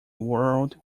world